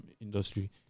industry